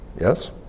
yes